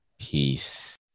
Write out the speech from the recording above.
peace